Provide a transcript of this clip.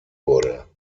wurde